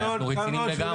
אנחנו רציניים לגמרי.